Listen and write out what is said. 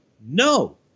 No